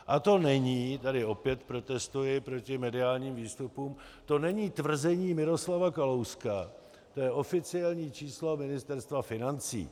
A to není tady opět protestuji proti mediálním výstupům to není tvrzení Miroslava Kalouska, to je oficiální číslo Ministerstva financí.